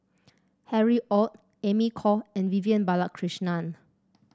Harry Ord Amy Khor and Vivian Balakrishnan